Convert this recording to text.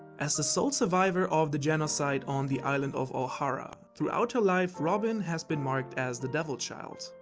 as the sole survivor of the genocide on the island of ohara, throughout her life robin has been marked as the devil child.